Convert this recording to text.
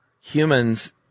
humans